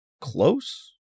close